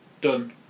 done